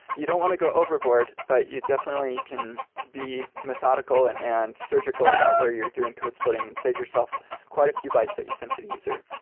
you don't want to go overboard, but you definitely can be methodical and and surgical about where you're doing code splitting and save yourself quite a few bites that you sent to the user.